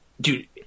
dude